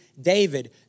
David